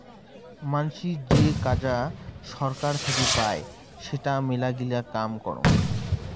মানাসী যে কাজা সরকার থাকি পাই সেটা মেলাগিলা কাম করং